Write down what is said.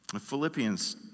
Philippians